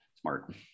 smart